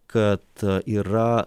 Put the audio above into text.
kad yra